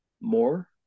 more